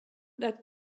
that